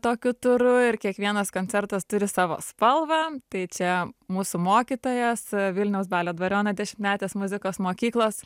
tokiu turu ir kiekvienas koncertas turi savo spalvą tai čia mūsų mokytojas vilniaus balio dvariono dešimtmetės muzikos mokyklos